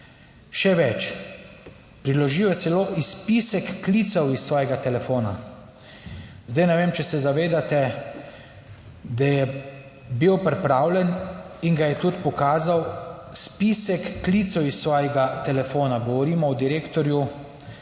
Še več, priložil je celo spisek klicev iz svojega telefona. Zdaj ne vem, če se zavedate, da je bil pripravljen in ga je tudi pokazal spisek klicev iz svojega telefona, govorimo o direktorju